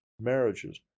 marriages